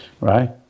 right